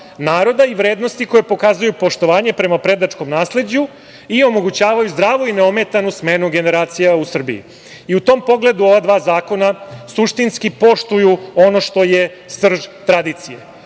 naroda i vrednosti koje pokazuju poštovanje prema predačkom nasleđu i omogućavaju zdravu i neometanu smenu generacija u Srbiji. U tom pogledu ova dva zakona suštinski poštuju ono što je srž tradicije.